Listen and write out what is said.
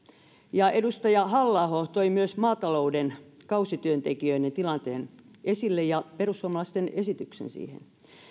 ja edustaja halla aho toi myös maatalouden kausityöntekijöiden tilanteen esille ja perussuomalaisten esityksen siihen